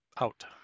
out